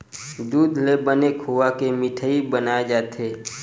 दूद ले बने खोवा के मिठई बनाए जाथे